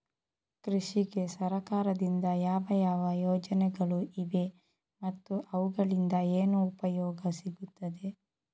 ಕೃಷಿಗೆ ಸರಕಾರದಿಂದ ಯಾವ ಯಾವ ಯೋಜನೆಗಳು ಇವೆ ಮತ್ತು ಅವುಗಳಿಂದ ಏನು ಉಪಯೋಗ ಸಿಗುತ್ತದೆ?